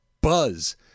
buzz